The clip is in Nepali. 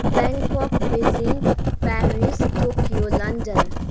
Bangkok Beijing Paris Tokyo London